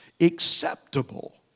acceptable